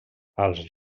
als